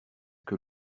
que